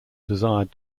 desired